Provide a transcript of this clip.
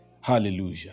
Hallelujah